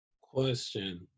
Question